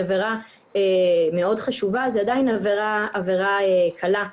עבירה מאוד חשובה היא עדיין עבירה קלה.